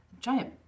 giant